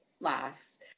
last